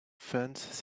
funds